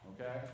Okay